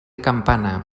campana